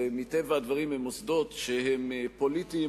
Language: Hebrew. ומטבע הדברים הם מוסדות שהם פוליטיים,